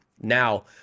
Now